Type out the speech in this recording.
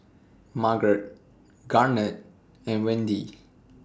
Margrett Garnet and Wende